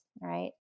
right